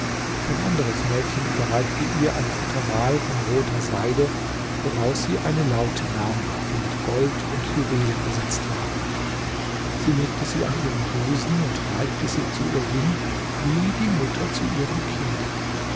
ein anderes mädchen überreichte ihr ein futteral von roter seide woraus sie eine laute nahm die mit gold und juwelen besetzt war sie legte sie an ihren busen und neigte sich zu ihr hin wie die mutter zu ihrem kinde